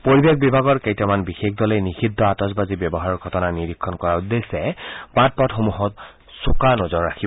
পৰিৱেশ বিভাগৰ কেইটামান বিশেষ দলে নিষিদ্ধ আতচবাজি ব্যৱহাৰৰ ঘটনা নিৰীক্ষণ কৰাৰ উদ্দেশ্য বাট পথসমূহত চোকা নজৰ ৰাখিব